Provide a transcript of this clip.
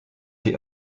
die